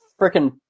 freaking